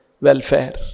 welfare